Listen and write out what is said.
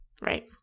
Right